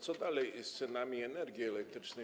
Co dalej z cenami energii elektrycznej?